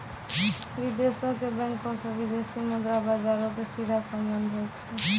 विदेशो के बैंको से विदेशी मुद्रा बजारो के सीधा संबंध होय छै